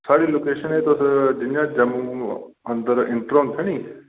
सारी लोकेशन ऐ तुस जि'यां जम्मू अंदर इंटर होंदे नेईं